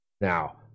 Now